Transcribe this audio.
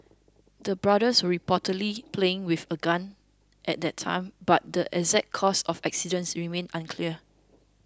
the brothers were reportedly playing with a gun at the time but the exact cause of the accident remains unclear